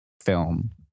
film